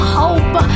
hope